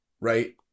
right